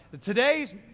today's